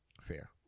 Fair